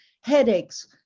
headaches